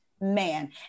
man